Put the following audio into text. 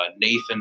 nathan